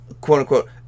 quote-unquote